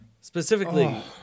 Specifically